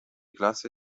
classe